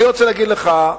אני רוצה להגיד לך,